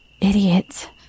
Idiot